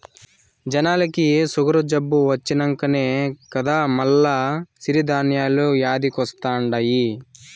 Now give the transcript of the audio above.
జనాలకి సుగరు జబ్బు వచ్చినంకనే కదా మల్ల సిరి ధాన్యాలు యాదికొస్తండాయి